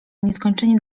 nieskończenie